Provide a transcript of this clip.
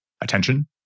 attention